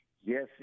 yes